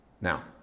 Now